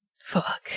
fuck